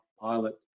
pilot